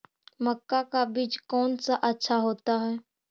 मक्का का बीज कौन सा अच्छा होता है?